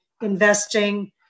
investing